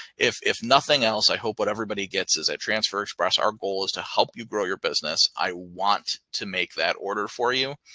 if if nothing else, i hope what everybody gets is a transfer express. our goal is to help you grow your business. i want to make that order for you,